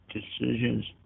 Decisions